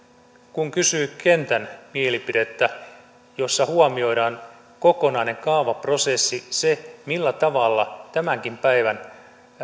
kun kysyy kentän mielipidettä jossa huomioidaan kokonainen kaavaprosessi se millä tavalla tämänkin päivän